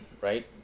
Right